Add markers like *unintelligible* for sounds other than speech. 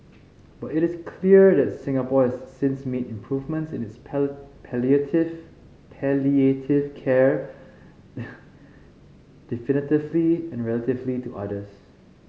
but it is clear that Singapore has since made improvements in its *unintelligible* palliative palliative care *noise* definitively and relatively to others